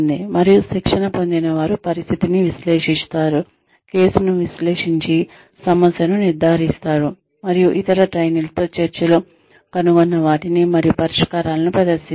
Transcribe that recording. మరియు శిక్షణ పొందినవారు పరిస్థితిని విశ్లేషిస్తారు కేసును విశ్లేషించి సమస్యను నిర్ధారిస్తారు మరియు ఇతర ట్రైనీ లతో చర్చలో కనుగొన్న వాటిని మరియు పరిష్కారాలను ప్రదర్శిస్తారు